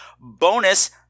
bonus